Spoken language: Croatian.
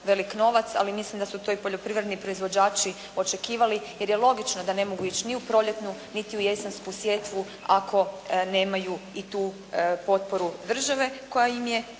velik novac, ali mislim da su to i poljoprivredni proizvođači očekivali, jer je logično da ne mogu ići ni u proljetnu niti u jesensku sjetvu ako nemaju i to potporu države koja im je